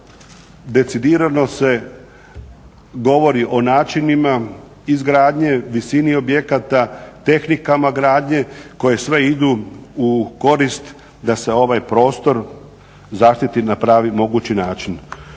decidirano se govori o načinima izgradnje, visini objekata, tehnikama gradnje koje sve idu u korist da se ovaj prostor zaštiti na pravi, mogući način.